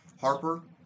Harper